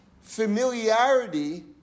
familiarity